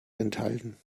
enthalten